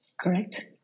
correct